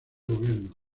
gobierno